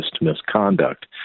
misconduct